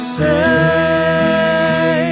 say